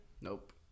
Nope